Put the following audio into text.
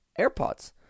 AirPods